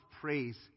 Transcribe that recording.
praise